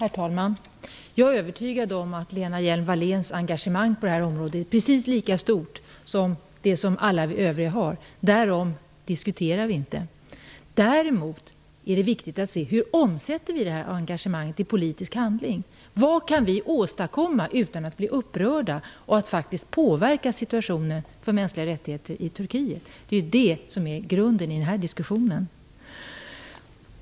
Herr talman! Jag är övertygad om att Lena Hjelm Walléns engagemang på det här området är precis lika stort som det som alla vi övriga har - därom diskuterar vi inte. Däremot är det viktigt att se hur vi omsätter det här engagemanget i politisk handling. Vad kan vi åstadkomma utan att bli upprörda för att påverka situationen för mänskliga rättigheter i Turkiet? Det är det som är grunden i den här diskussionen.